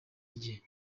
rye